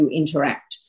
interact